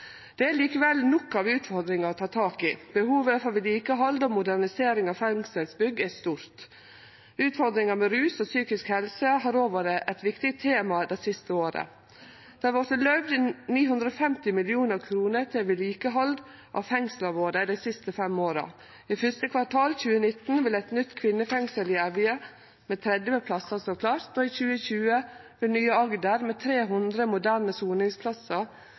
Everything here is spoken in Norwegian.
Det er likevel nok av utfordringar å ta tak i. Behovet for vedlikehald og modernisering av fengselsbygg er stort. Utfordringar med rus og psykisk helse har òg vore eit viktig tema dei siste åra. Det har vorte løyvd 950 mill. kr til vedlikehald av fengsla våre dei siste fem åra. I 1. kvartal 2019 vil eit nytt kvinnefengsel med 30 plassar stå klart i Evje, og i 2020 vil det nye fengselet i Agder med 300 moderne soningsplassar